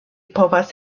povas